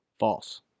False